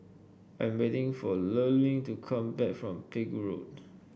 I'm waiting for Lurline to come back from Pegu Road